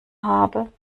habe